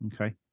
okay